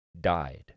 died